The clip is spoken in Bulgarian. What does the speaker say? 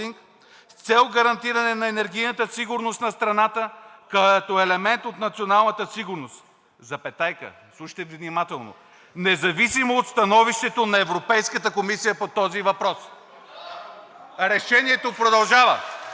цел гарантиране енергийната сигурност на страната като елемент от националната сигурност, независимо от становището на Европейската комисия по този въпрос. (Ръкопляскания